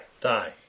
Die